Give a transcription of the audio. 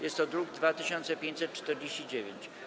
Jest to druk nr 2549.